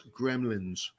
Gremlins